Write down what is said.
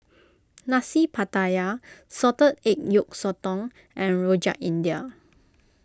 Nasi Pattaya Salted Egg Yolk Sotong and Rojak India